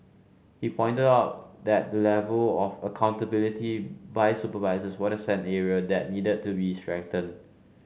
he pointed out that the level of accountability by supervisors what a send area that needed to be strengthened